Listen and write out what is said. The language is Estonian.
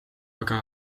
aga